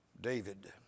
David